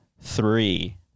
three